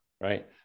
right